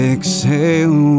Exhale